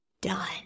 done